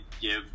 give